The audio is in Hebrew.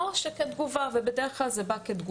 או שכתגובה, ובדרך כלל זה בא כתגובה.